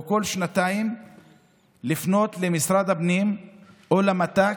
כל שנתיים לפנות למשרד הפנים או למת"ק,